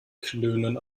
klönen